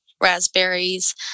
Raspberries